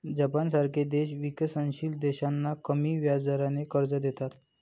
जपानसारखे देश विकसनशील देशांना कमी व्याजदराने कर्ज देतात